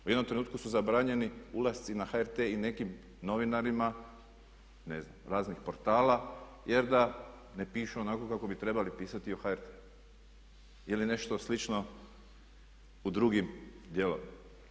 U jednom trenutku su zabranjeni ulasci na HRT i nekim novinarima ne znam raznih portala, jer da ne pišu onako kako bi trebali pisati o HRT-u ili nešto slično u drugim dijelovima.